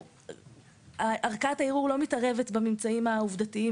ערכאת הערעור לא מתערבת בממצאים העובדתיים,